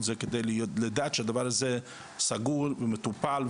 זה כדי לדעת שהדבר הזה סגור ומטופל,